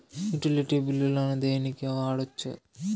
Utility బిల్లులను దేనికి వాడొచ్చు?